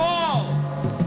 oh